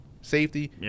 safety